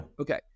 Okay